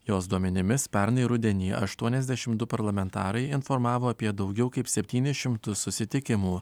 jos duomenimis pernai rudenį aštuoniasdešimt duparlamentarai informavo apie daugiau kaip septynis šimtus susitikimų